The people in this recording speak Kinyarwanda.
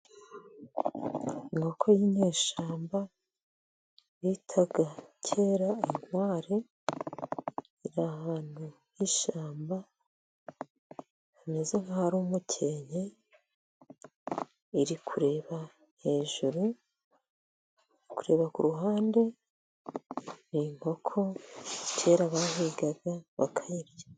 Inkoko y'inyeshyamba bitaga kera inkware, iri ahantu h'ishyamba hameze nk'ahari umukenke, iri kuba hejuru, iri kureba ku ruhande, ni inkoko kera bahigaga bakayirya.